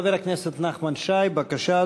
חבר הכנסת נחמן שי, בבקשה,